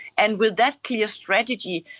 and with that clear strategy,